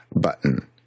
button